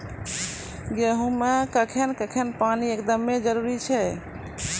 गेहूँ मे कखेन कखेन पानी एकदमें जरुरी छैय?